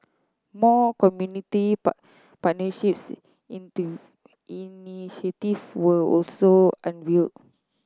more community partnerships into initiative were also unveil